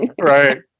Right